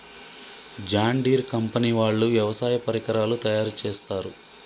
John Deere company వాళ్ళు వ్యవసాయ పరికరాలు తయారుచేస్తారు